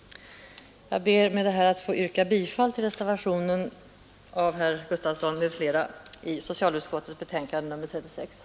Jag ber att få yrka bifall till reservationen av herr Gustavsson i Alvesta m.fl.